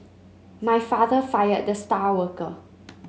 my father fired the star worker